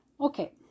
Okay